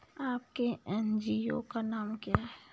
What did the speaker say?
आपके एन.जी.ओ का नाम क्या है?